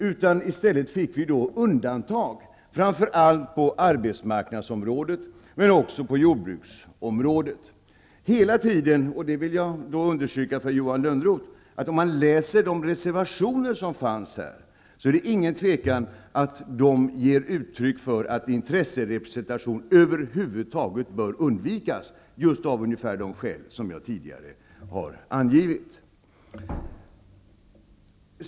Vi fick i stället undantag, framför allt på arbetsmarknadsområdet men också på jordbruksområdet. Om man läser reservationerna som fanns här, så finner man -- jag vill understryka detta för Johan Lönnroth -- att det inte är någon tvekan om att de ger uttryck för att intresserepresentation över huvud taget bör undvikas av ungefär de skäl som jag tidigare har angivit.